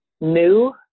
new